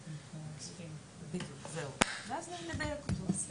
מזה שההוראה מאוחרת באופן רטרואקטיבי,